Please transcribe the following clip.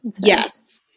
Yes